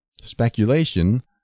Speculation